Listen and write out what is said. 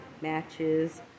matches